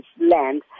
land